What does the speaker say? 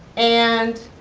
and,